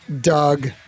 Doug